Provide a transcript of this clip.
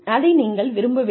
அதை நீங்கள் விரும்பவில்லை